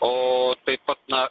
o taip pat na